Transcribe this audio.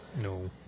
No